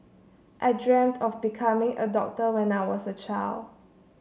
I dreamt of becoming a doctor when I was a child